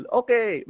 okay